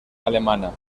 alemana